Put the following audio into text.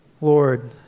Lord